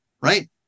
right